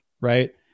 right